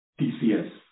TCS